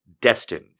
destined